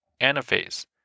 anaphase